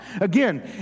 Again